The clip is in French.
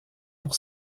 pour